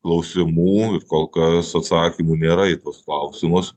klausimų kol kas atsakymų nėra į tuos klausimus